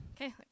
Okay